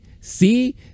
see